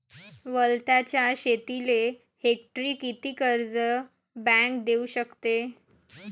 वलताच्या शेतीले हेक्टरी किती कर्ज बँक देऊ शकते?